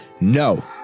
no